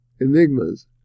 enigmas